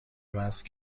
وزن